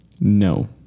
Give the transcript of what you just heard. No